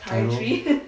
chiro~